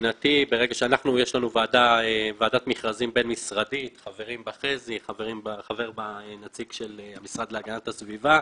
יש לנו ועדת מכרזים בין-משרדית שחברים בה חזי ונציג המשרד להגנת הסביבה.